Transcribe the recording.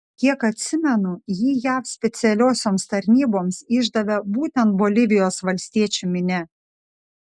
kiek atsimenu jį jav specialiosioms tarnyboms išdavė būtent bolivijos valstiečių minia